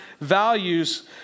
values